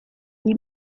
die